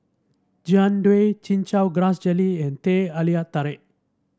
Jian Dui Chin Chow Grass Jelly and Teh Alia Tarik